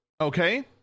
okay